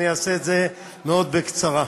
אני אעשה את זה מאוד בקצרה.